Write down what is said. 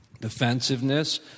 Defensiveness